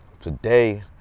today